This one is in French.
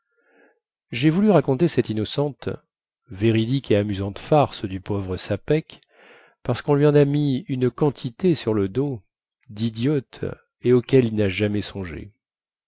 jai voulu raconter cette innocente véridique et amusante farce du pauvre sapeck parce quon lui en a mis une quantité sur le dos didiotes et auxquelles il na jamais songé